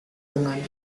dengan